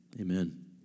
amen